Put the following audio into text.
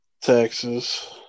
Texas